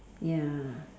ya